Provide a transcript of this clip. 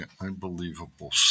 unbelievable